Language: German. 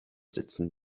sitzen